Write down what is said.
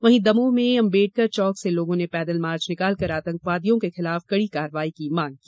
वहीं दमोह में अंबेडकर चौक से लोगों ने पैदल मार्च निकालकर आतंकवादियों के खिलाफ कड़ी कार्यवाही की मांग की